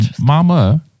mama